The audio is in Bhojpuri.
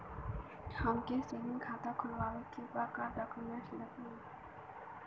हमके सेविंग खाता खोलवावे के बा का डॉक्यूमेंट लागी?